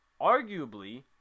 arguably